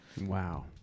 Wow